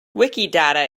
wikidata